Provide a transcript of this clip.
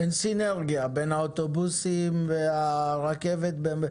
גם אין סינרגיה בין האוטובוסים לרכבות.